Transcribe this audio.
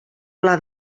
pla